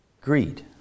greed